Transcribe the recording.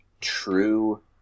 true